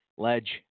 ledge